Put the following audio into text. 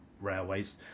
railways